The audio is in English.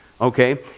Okay